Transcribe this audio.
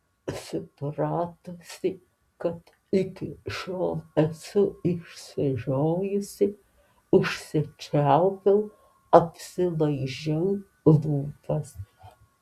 supratusi kad iki šiol esu išsižiojusi užsičiaupiau apsilaižiau lūpas